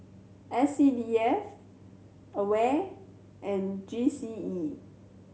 S C D F AWARE and G C E